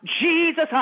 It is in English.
Jesus